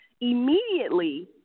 immediately